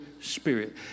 Spirit